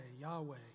Yahweh